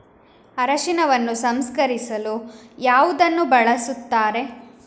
ಅರಿಶಿನವನ್ನು ಸಂಸ್ಕರಿಸಲು ಯಾವುದನ್ನು ಬಳಸುತ್ತಾರೆ?